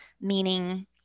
meaning